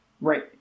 Right